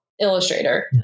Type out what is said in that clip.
Illustrator